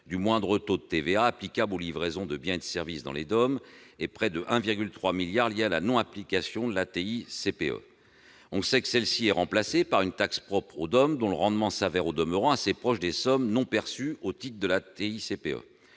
du moindre taux de TVA applicable aux livraisons de biens et de services dans les DOM et près de 1,3 milliard d'euros liés à la non-application de la TICPE. On sait que cette dernière est remplacée par une taxe propre aux DOM, dont le rendement s'avère au demeurant assez proche des sommes non perçues au titre de la TICPE.